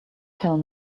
tell